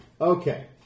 Okay